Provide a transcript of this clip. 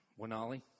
Wanali